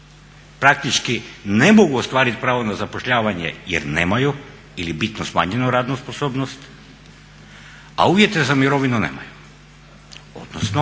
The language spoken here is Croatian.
praktički ne mogu ostvariti pravo na zapošljavanje jer nemaju ili bitno smanjenu radnu sposobnost, a uvjete za mirovinu nemaju,